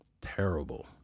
Terrible